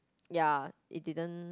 ya it didn't